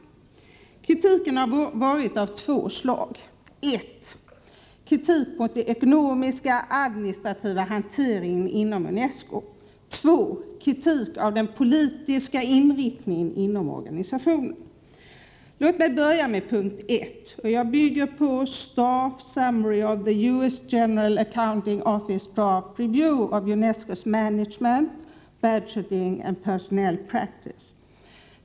Kritiken har varit av två slag: 1. Kritik mot den ekonomiska och administrativa hanteringen inom UNESCO. 2. Kritik av den politiska inriktningen inom organisationen. 23 Låt mig börja med punkt 1. Jag bygger då på Staff Summary of the US General Accounting Office Draft Review of UNESCO's Management, Budgeting and Personnel Practice.